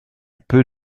peu